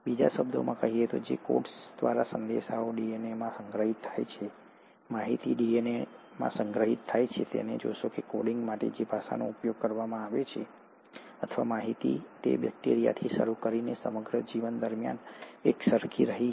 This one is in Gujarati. બીજા શબ્દોમાં કહીએ તો જે કોડ્સ દ્વારા સંદેશાઓ ડીએનએમાં સંગ્રહિત થાય છે માહિતી ડીએનએમાં સંગ્રહિત થાય છે તમે જોશો કે કોડિંગ માટે જે ભાષાનો ઉપયોગ કરવામાં આવે છે અથવા માહિતી તે બેક્ટેરિયાથી શરૂ કરીને સમગ્ર જીવન દરમિયાન એકસરખી રહી છે